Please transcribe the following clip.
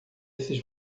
esses